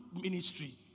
ministry